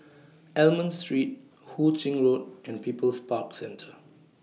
Almond Street Hu Ching Road and People's Park Centre